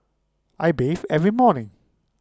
I bathe every morning